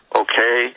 okay